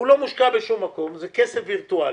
והוא לא מושקע בשום מקום, זה כסף וירטואלי,